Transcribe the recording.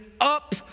up